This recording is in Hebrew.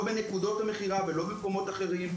לא בנקודות המכירה ולא במקומות אחרים.